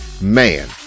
man